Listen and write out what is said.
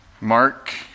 Mark